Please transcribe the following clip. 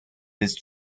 his